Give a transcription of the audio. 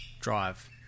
drive